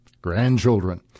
grandchildren